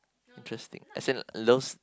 interesting as in lo~